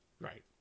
Right